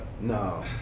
No